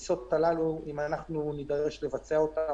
אם אנחנו נידרש לבצע את הטיסות הללו,